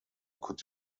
could